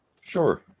Sure